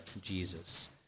Jesus